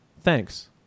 Thanks